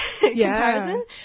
comparison